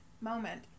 moment